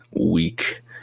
week